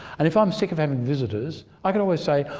and if i'm sick of having visitors i can always say,